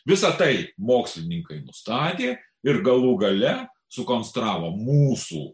visa tai mokslininkai nustatė ir galų gale sukonstravo mūsų